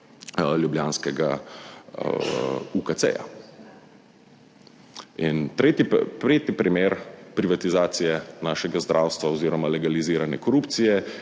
ljubljanskega UKC. In tretji primer privatizacije našega zdravstva oziroma legalizirane korupcije